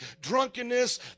drunkenness